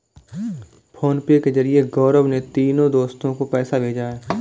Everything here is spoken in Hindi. फोनपे के जरिए गौरव ने तीनों दोस्तो को पैसा भेजा है